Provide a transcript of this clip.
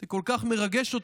זה כל כך מרגש אותי,